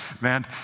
Man